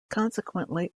consequently